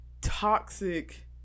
toxic